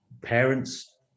parents